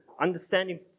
Understanding